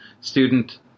student